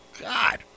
God